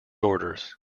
orders